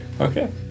Okay